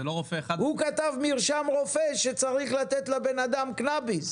הוא כתב מרשם רופא שצריך לתת לבן-אדם קנביס,